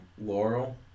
Laurel